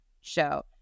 show